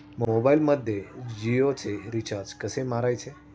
मोबाइलमध्ये जियोचे रिचार्ज कसे मारायचे?